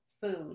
food